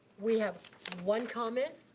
we have one comment.